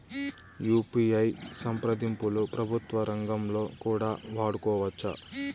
UPI సంప్రదింపులు ప్రభుత్వ రంగంలో కూడా వాడుకోవచ్చా?